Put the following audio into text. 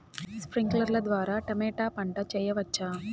స్ప్రింక్లర్లు ద్వారా టమోటా పంట చేయవచ్చా?